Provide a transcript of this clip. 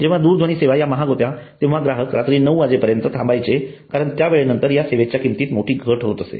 जेव्हा दूरध्वनी सेवा या महाग होत्या तेव्हा ग्राहक रात्री 9 वाजेपर्यंत थांबायचे कारण त्या वेळेनंतर या सेवेच्या किंमतीत मोठी घट होत असे